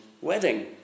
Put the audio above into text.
wedding